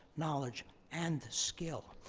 knowledge, and skill.